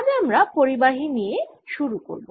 আজ আমরা পরিবাহী নিয়ে শুরু করব